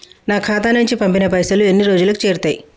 నా ఖాతా నుంచి పంపిన పైసలు ఎన్ని రోజులకు చేరుతయ్?